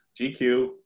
GQ